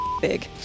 big